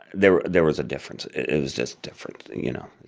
there there was a difference. it was just different, you know